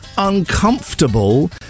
Uncomfortable